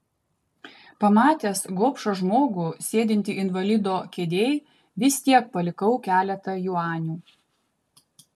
pamatęs gobšą žmogų sėdintį invalido kėdėj vis tiek palikau keletą juanių